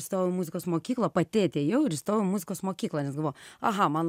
įstojau į muzikos mokyklą pati atėjau ir įstojau į muzikos mokyklą nes galvoju aha man